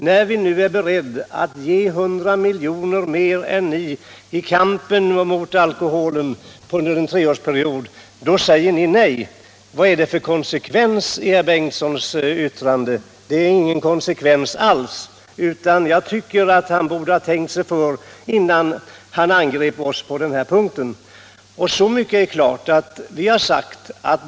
När vi är beredda att ge 100 miljoner mer än ni i kampen mot alkoholen under en treårsperiod säger ni nej. Vad är det för konsekvens i herr Bengtsons yttrande? Det är ingen konsekvens alls. Jag tycker att han borde ha tänkt sig för innan han angrep oss på den här punkten.